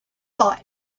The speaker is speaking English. thought